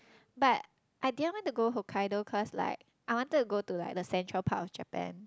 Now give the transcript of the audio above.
but I didn't want to go Hokkaido cause like I wanted to go to like the central part of Japan